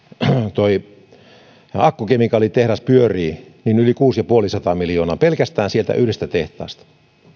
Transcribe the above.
tuo akkukemikaalitehdas pyörii niin se on yli kuusisataaviisikymmentä miljoonaa pelkästään yhdestä tehtaasta